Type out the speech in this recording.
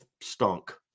stunk